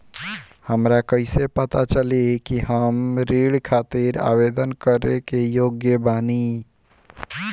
हमरा कईसे पता चली कि हम ऋण खातिर आवेदन करे के योग्य बानी?